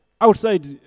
outside